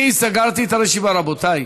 אני סגרתי את הרשימה, רבותיי.